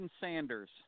Sanders